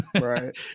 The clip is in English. Right